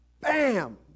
bam